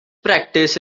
practice